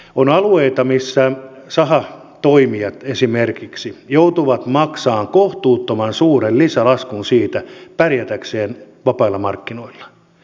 on alueita missä sahatoimijat esimerkiksi joutuvat maksamaan kohtuuttoman suuren lisälaskun pärjätäkseen vapailla markkinoilla